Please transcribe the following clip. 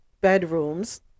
bedrooms